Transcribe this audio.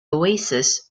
oasis